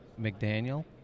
McDaniel